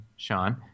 Sean